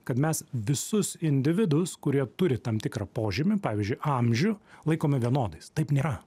kad mes visus individus kurie turi tam tikrą požymį pavyzdžiui amžių laikome vienodais taip nėra